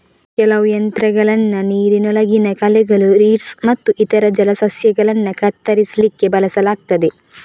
ಕೆಲವು ಯಂತ್ರಗಳನ್ನ ನೀರಿನೊಳಗಿನ ಕಳೆಗಳು, ರೀಡ್ಸ್ ಮತ್ತು ಇತರ ಜಲಸಸ್ಯಗಳನ್ನ ಕತ್ತರಿಸ್ಲಿಕ್ಕೆ ಬಳಸಲಾಗ್ತದೆ